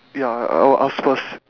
ya uh I'll ask first